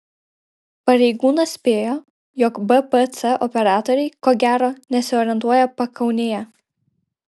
pareigūnas spėjo jog bpc operatoriai ko gero nesiorientuoja pakaunėje